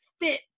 fit